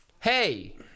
hey